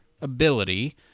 ability